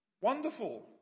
wonderful